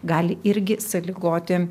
gali irgi sąlygoti